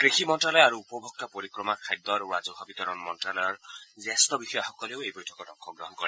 কৃষি মন্ত্যালয় আৰু উপভোক্তা পৰিক্ৰমা খাদ্য আৰু ৰাজহুৱা বিতৰণ মন্ত্যালয়ৰ জ্যেষ্ঠ বিষয়াসকলেণ্ড এই বৈঠকত অংশগ্ৰহণ কৰে